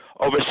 over